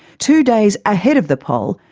two days ahead of the poll,